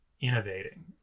innovating